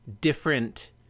different